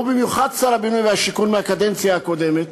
במיוחד שר הבינוי והשיכון מהקדנציה הקודמת,